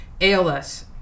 ALS